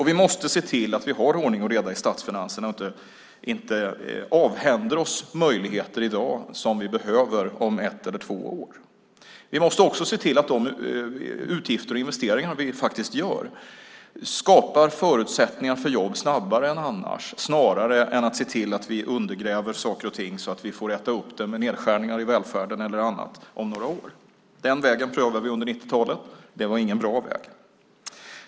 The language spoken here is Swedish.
Vi måste se till att vi har ordning och reda i statsfinanserna och inte avhänder oss möjligheter i dag som vi behöver om ett eller två år. Vi måste också se till att de utgifter och investeringar vi faktiskt gör skapar förutsättningar för jobb snabbare än annars snarare än att se till att vi undergräver saker och ting så att vi får äta upp det med nedskärningar i välfärden eller annat om några år. Den vägen prövade vi under 90-talet. Det var ingen bra väg.